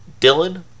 Dylan